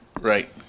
Right